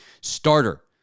starter